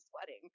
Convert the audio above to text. sweating